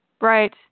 Right